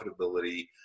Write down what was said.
profitability